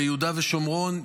ביהודה ושומרון,